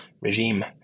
regime